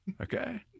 okay